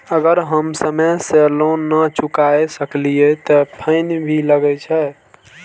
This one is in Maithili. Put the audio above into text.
अगर हम समय से लोन ना चुकाए सकलिए ते फैन भी लगे छै?